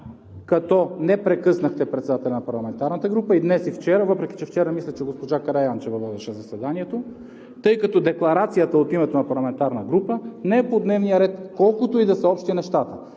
като не прекъснахте председателя на парламентарната група и днес, и вчера, въпреки че госпожа Караянчева водеше заседанието, тъй като декларацията от името на парламентарна група не е по дневния ред, колкото и да са общи нещата.